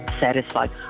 satisfied